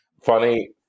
Funny